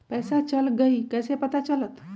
पैसा चल गयी कैसे पता चलत?